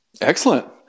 Excellent